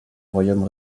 royaume